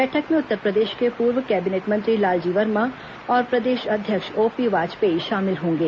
बैठक में उत्तरप्रदेश के पूर्व कैबिनेट मंत्री लालजी वर्मा और प्रदेश अध्यक्ष ओपी वाजपेयी शामिल होंगे